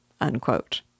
unquote